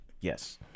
Yes